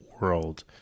world